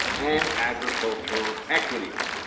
and agriculture equities.